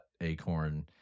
acorn